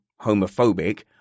homophobic